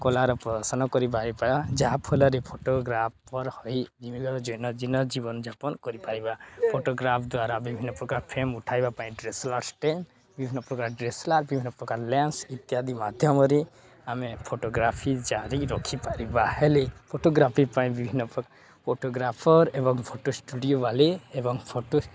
କଳାର ପ୍ରଦର୍ଶନ କରିପାରିବା ଯାହାଫଳରେ ଫଟୋଗ୍ରାଫର ହୋଇ ନିଜର ଦୈନନ୍ଦିନ ଜୀବନଯାପନ କରିପାରିବା ଫଟୋଗ୍ରାଫ ଦ୍ୱାରା ବିଭିନ୍ନ ପ୍ରକାର ଫ୍ରେମ୍ ଉଠାଇବା ପାଇଁ ଡ଼ି ଏସ୍ ଏଲ୍ ଆର୍ ଷ୍ଟେ ବିଭିନ୍ନ ପ୍ରକାର ଡ଼ି ଏସ୍ ଏଲ୍ ଆର୍ ବିଭିନ୍ନ ପ୍ରକାର ଲେନ୍ସ ଇତ୍ୟାଦି ମାଧ୍ୟମରେ ଆମେ ଫଟୋଗ୍ରାଫି ଜାରି ରଖିପାରିବା ହେଲେ ଫଟୋଗ୍ରାଫି ପାଇଁ ବିଭିନ୍ନ ଫଟୋଗ୍ରାଫର ଏବଂ ଫଟୋ ଷ୍ଟୁଡ଼ିଓ ବାଲି ଏବଂ ଫଟୋ